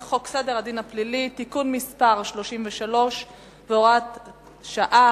חוק סדר הדין הפלילי (תיקון מס' 33 והוראת שעה),